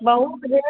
बहुत रेट